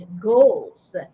goals